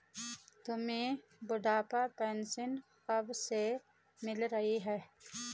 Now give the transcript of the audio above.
तुम्हें बुढ़ापा पेंशन कब से मिल रही है?